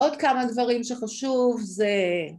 עוד כמה דברים שחשוב זה...